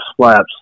slaps